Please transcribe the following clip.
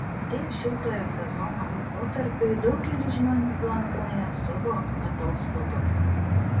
atėjus šiltojo sezono laikotarpiui daugelis žmonių planuoja savo atostogas